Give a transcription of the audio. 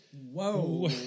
Whoa